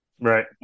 Right